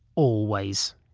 always.